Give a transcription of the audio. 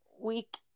week